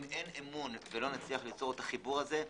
אם אין אמון ולא נצליח ליצור את החיבור הזה,